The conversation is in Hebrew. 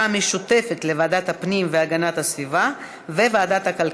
לפרוטוקול: חברת הכנסת עאידה תומא סלימאן תומכת.